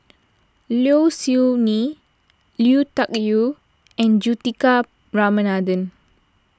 Low Siew Nghee Lui Tuck Yew and Juthika Ramanathan